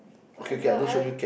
whatever I